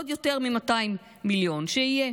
עוד יותר מ-200 מיליון, שיהיה.